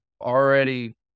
already